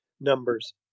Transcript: numbers